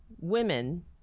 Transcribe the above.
women